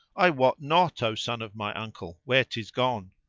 i wet not, o son of my uncle, where tis gone!